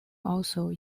also